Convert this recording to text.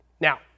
Now